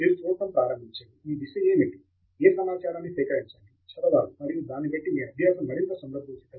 తంగిరాల మీరు చూడటం ప్రారంభించండి మీ దిశ ఏమిటి ఏ సమాచారాన్ని సేకరించాలి చదవాలి మరియు దానిని బట్టి మీ అభ్యాసం మరింత సందర్భోచితంగా మారుతుంది